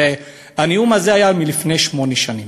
והנאום הזה היה לפני שמונה שנים.